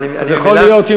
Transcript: יכול להיות,